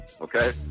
okay